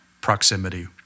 proximity